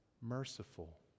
merciful